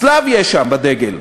צלב יש שם בדגל,